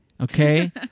okay